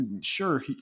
Sure